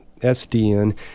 SDN